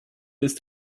ist